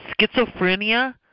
schizophrenia